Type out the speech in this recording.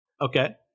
Okay